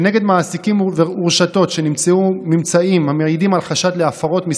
כנגד מעסיקים ורשתות שנמצאו ממצאים המעידים על חשד להפרות,